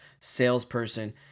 salesperson